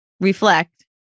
reflect